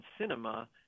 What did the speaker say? cinema